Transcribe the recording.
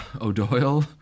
O'Doyle